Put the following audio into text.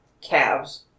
calves